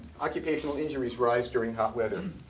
occupational injuries rise during hot weather.